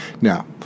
Now